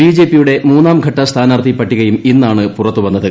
B ജെ പിയുടെ മൂന്നാഘട്ട സ്ഥാനാർത്ഥി പട്ടികയും ഇന്നാണ് പുറത്ത് വന്നത്